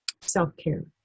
self-care